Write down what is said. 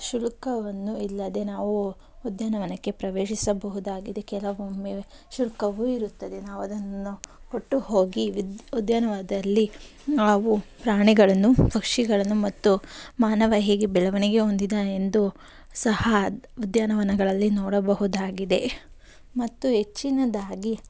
ಶುಲ್ಕವನ್ನು ಇಲ್ಲದೆ ನಾವು ಉದ್ಯಾನವನಕ್ಕೆ ಪ್ರವೇಶಿಸಬಹುದಾಗಿದೆ ಕೆಲವೊಮ್ಮೆ ಶುಲ್ಕವೂ ಇರುತ್ತದೆ ನಾವು ಅದನ್ನು ನಾವು ಕೊಟ್ಟು ಹೋಗಿ ವಿದ್ ಉದ್ಯಾನವನದಲ್ಲಿ ನಾವು ಪ್ರಾಣಿಗಳನ್ನು ಪಕ್ಷಿಗಳನ್ನು ಮತ್ತು ಮಾನವ ಹೇಗೆ ಬೆಳವಣಿಗೆ ಹೊಂದಿದ್ದಾನೆ ಎಂದು ಸಹ ಉದ್ಯಾನವನಗಳಲ್ಲಿ ನೋಡಬಹುದಾಗಿದೆ ಮತ್ತು ಹೆಚ್ಚಿನದಾಗಿ